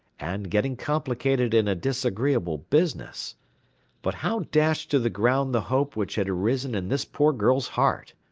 and getting complicated in a disagreeable business but how dash to the ground the hope which had arisen in this poor girl's heart?